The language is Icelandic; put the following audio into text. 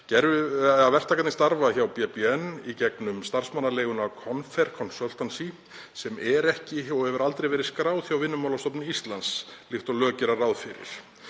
eigi við. Verktakarnir starfa hjá BlueBird Nordic í gegnum starfsmannaleiguna Confair Consultancy sem er ekki og hefur aldrei verið skráð hjá Vinnumálastofnun Íslands líkt og lög gera ráð fyrir.